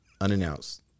unannounced